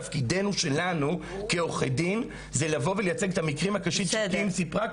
תפקידנו כעורכי דין זה לבוא ולייצג את המקרים הקשים כמו מה שקים סיפרה,